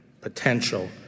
potential